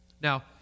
Now